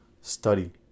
study